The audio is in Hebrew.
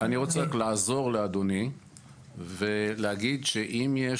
אני רוצה רק עזור לאדוני ולהגיד שאם יש